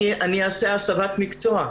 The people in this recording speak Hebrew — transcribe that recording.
אני אעשה הסבת מקצוע.